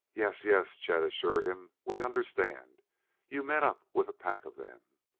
yes, yes! chet assured him. we understand you met up with a pack of them.